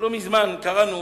לא מזמן קראנו